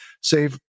save